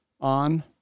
on